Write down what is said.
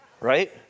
Right